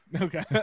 Okay